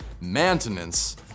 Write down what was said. Maintenance